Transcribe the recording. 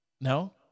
No